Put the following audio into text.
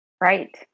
Right